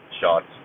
shots